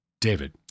David